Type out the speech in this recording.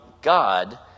God